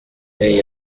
hey